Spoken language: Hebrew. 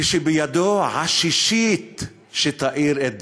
כשבידו עששית שתאיר את דרכו.